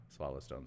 Swallowstone's